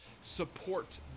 support